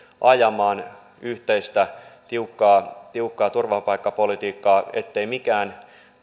ajamaan yhteistä tiukkaa tiukkaa turvapaikkapolitiikkaa ettei mikään